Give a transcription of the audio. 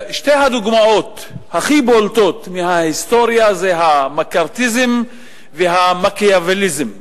שתי הדוגמאות הכי בולטות מההיסטוריה זה המקארתיזם והמקיאווליזם.